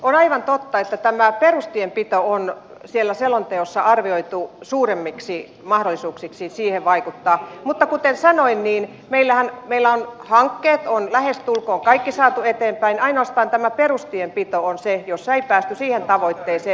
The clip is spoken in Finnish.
on aivan totta että tämä perustienpito on siellä selonteossa arvioitu suurimmaksi mahdollisuudeksi siihen vaikuttaa mutta kuten sanoin meillä on hankkeet lähestulkoon kaikki saatu eteenpäin ainoastaan tämä perustienpito on se jossa ei päästy siihen tavoitteeseen